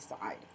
side